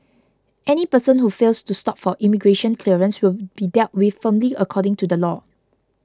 any person who fails to stop for immigration clearance will be dealt with firmly according to the law